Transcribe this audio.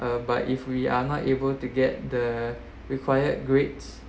uh but if we are not able to get the required grades